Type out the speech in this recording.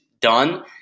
done